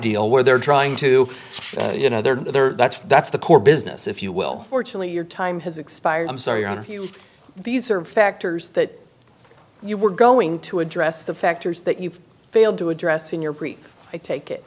deal where they're trying to you know they're there that's that's the core business if you will fortunately your time has expired i'm sorry if you these are factors that you were going to address the factors that you've failed to address in your brief i take it